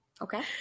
Okay